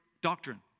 doctrine